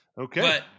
Okay